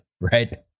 right